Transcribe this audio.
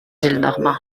gillenormand